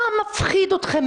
מה מפחיד אתכם?